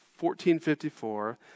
1454